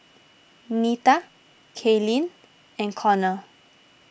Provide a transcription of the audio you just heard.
Nita Kaylynn and Konnor